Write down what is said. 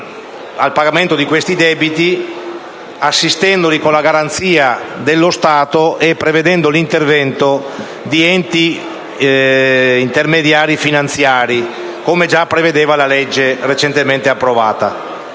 al pagamento di questi debiti, assistendoli con la garanzia dello Stato e prevedendo l’intervento di enti intermediari finanziari, come gia prevede la legge recentemente approvata.